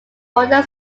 modern